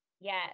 Yes